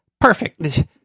Perfect